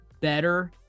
better